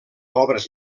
obres